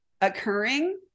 occurring